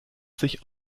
sich